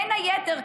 בין היתר,